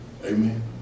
Amen